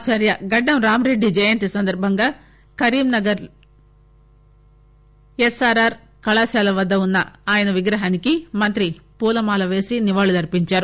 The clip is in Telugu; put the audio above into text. ఆచార్య గడ్లం రామిరెడ్డి జయంతి సందర్బంగా కరీంనగర్ ఎస్ఆర్ఆర్ కళాశాల వద్ద ఉన్న ఆయన విగ్రహానికి మంత్రి పూలమాల వేసి నివాళులర్చించారు